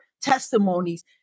testimonies